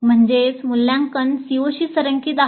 म्हणजेच मूल्यांकन COशी संरेखित आहे